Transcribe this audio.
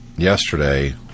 yesterday